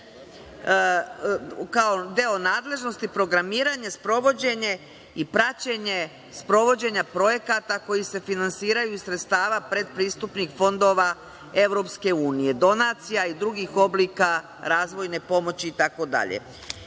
kao deo nadležnosti, programiranje, sprovođenje i praćenje sprovođenja projekata koji se finansiraju iz sredstava predpristupnih fondova EU, donacija i drugih oblika razvojne pomoći, itd.